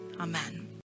Amen